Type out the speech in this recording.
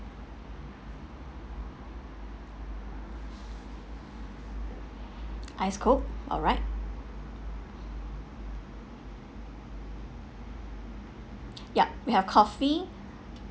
ice coke alright yup we have coffee